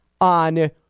on